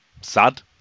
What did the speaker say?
sad